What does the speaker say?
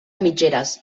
mitgeres